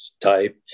type